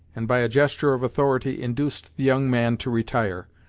and by a gesture of authority, induced the young man to retire,